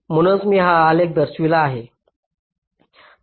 म्हणूनच मी हा आलेख दर्शवित आहे